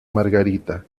margarita